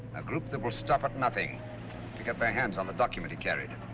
a group that will stop at nothing to get their hands on the document he carried.